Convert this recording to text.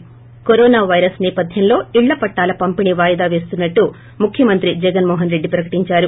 శి corona virus నేపధ్యంలో ఇళ్ల పట్టాల పంపిణీ వాయిదా వేస్తున్న ట్లు ముఖ్యమంత్రి జగన్మోహన్ రెడ్డి ప్రకటించారు